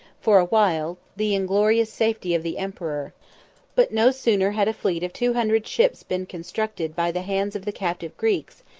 for a while, the inglorious safety of the emperor but no sooner had a fleet of two hundred ships been constructed by the hands of the captive greeks,